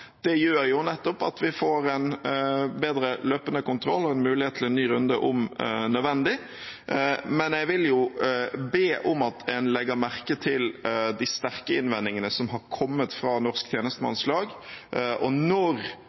Det gjør nettopp at vi får en bedre løpende kontroll og en mulighet til en ny runde om nødvendig. Men jeg vil be om at man legger merke til de sterke innvendingene som har kommet fra Norsk Tjenestemannslag. Når